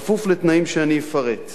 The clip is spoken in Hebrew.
בכפוף לתנאים שאני אפרט.